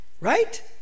Right